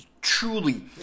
truly